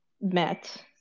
met